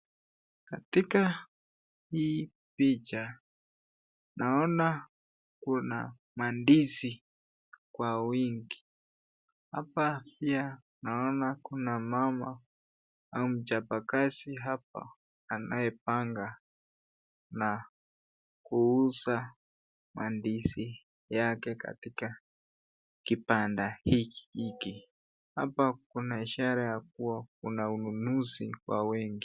Katika hii picha, naona kuna mandizi kwa wingi. Hapa pia naona kuna mama ama mchapakazi hapa anayepanga na kuuza mandizi yake katika kibanda hiki. Hapa kuna ishara kuwa kuna ununuzi wa wengi.